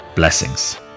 blessings